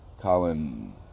Colin